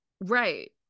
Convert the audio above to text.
Right